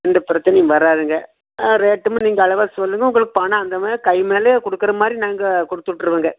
எந்த பிரச்சனையும் வராதுங்க ஆ ரேட்டும் நீங்கள் அளவாக சொல்லுங்கள் உங்களுக்கு பணம் அந்த கை மேலேயே கொடுக்குற மாதிரி நாங்கள் கொடுத்துட்ருவங்க